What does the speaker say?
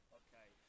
okay